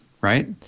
Right